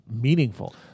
meaningful